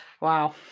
Wow